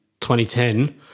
2010